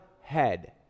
head